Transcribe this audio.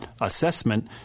assessment